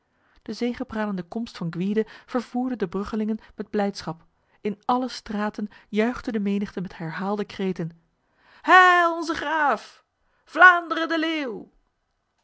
de zegepralende komst van gwyde vervoerde de bruggelingen met blijdschap in alle straten juichte de menigte met herhaalde kreten heil onze graaf vlaanderen de leeuw